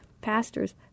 pastors